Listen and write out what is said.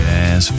Jazz